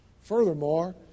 Furthermore